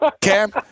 Cam